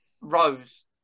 Rose